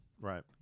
Right